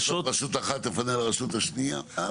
בסוף רשות אחת תפנה לרשות השנייה.